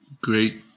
great